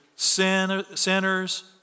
sinners